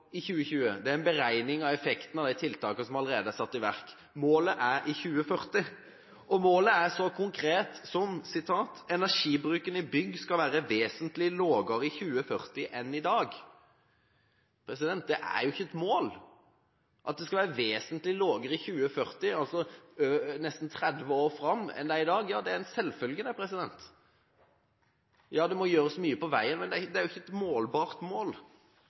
i 2020, det er en beregning av effekten av de tiltakene som allerede er satt i verk. Målet er i 2040, og målet er så konkret som at «energibruken i bygg per kvadratmeter skal vere vesentleg lågare i 2040 enn i dag.» Det er ikke et mål. At det «skal vere vesentleg lågare i 2040» – altså nesten 30 år fram – enn det er i dag, ja det er en selvfølge. Ja, det må gjøres mye på veien, men det er ikke et målbart mål.